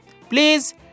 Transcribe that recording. please